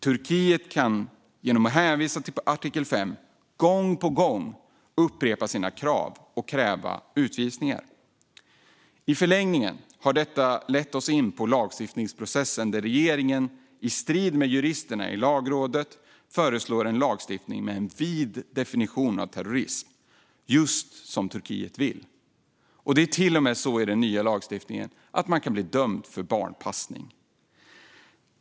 Turkiet kan genom att hänvisa till artikel 5 gång på gång upprepa sina krav och kräva utvisningar. I förlängningen har detta lett oss in på lagstiftningsprocessen där regeringen i strid med juristerna i Lagrådet föreslår en lagstiftning med en vid definition av terrorism, just som Turkiet vill. Det är till och med så att man enligt den nya lagstiftningen kan bli dömd för barnpassning.